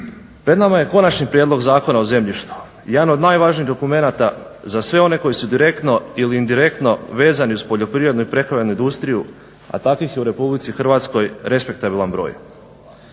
Pred nama je Konačni prijedlog Zakona o zemljištu. Jedan od najvažnijih dokumenata za sve one koji su direktno ili indirektno vezani uz poljoprivrednu i prehrambenu industriju, a takvih je u RH respektabilan broj.